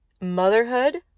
motherhood